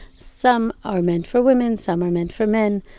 some are meant for women, some are meant for men.